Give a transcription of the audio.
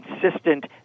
consistent